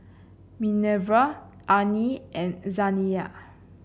Minerva Arnie and Zaniyah